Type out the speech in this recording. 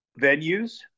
venues